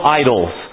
idols